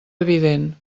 evident